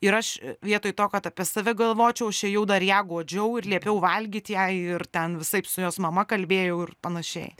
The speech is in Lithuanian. ir aš vietoj to kad apie save galvočiau aš ėjau dar ją guodžiau ir liepiau valgyt jai ir ten visaip su jos mama kalbėjau ir panašiai